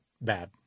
bad